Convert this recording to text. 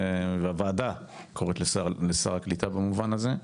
הוועדה קוראת לשר הקליטה במובן הזה,